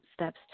steps